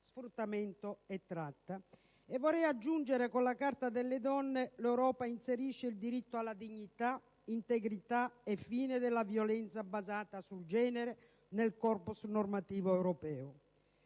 sfruttamento e tratta. Vorrei aggiungere che con la Carta delle donne l'Europa inserisce il diritto alla dignità, integrità e fine della violenza basata sul genere nel *corpus* normativo europeo.